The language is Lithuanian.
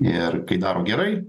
ir kai daro gerai